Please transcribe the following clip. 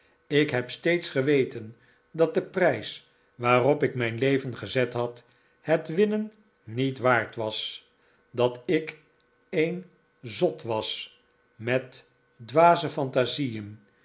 ik heb steeds geweten dat de prijs waarop ik mijn leven gezet had het winnen niet waard was dat ik een zot was met dwaze fantasieen